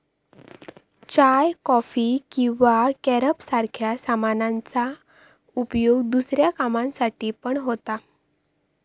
चाय, coffee किंवा carob सारख्या सामानांचा उपयोग दुसऱ्या कामांसाठी पण होता